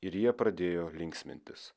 ir jie pradėjo linksmintis